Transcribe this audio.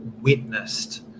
witnessed